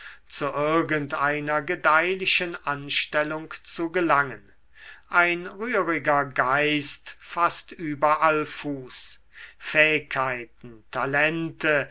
zu irgend einer gedeihlichen anstellung zu gelangen ein rühriger geist faßt überall fuß fähigkeiten talente